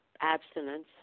abstinence